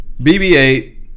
BB-8